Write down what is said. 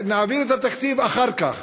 נעביר את התקציב אחר כך.